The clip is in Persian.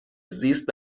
زیست